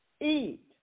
eat